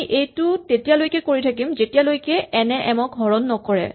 আমি এইটো তেতিয়ালৈকে কৰি থাকিম যেতিয়ালৈকে আমি এন এ এম ক হৰণ নকৰে